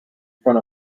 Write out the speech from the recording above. front